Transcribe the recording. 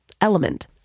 Element